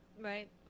right